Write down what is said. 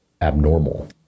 abnormal